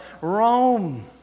Rome